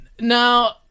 now